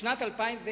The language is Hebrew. בשנת 2010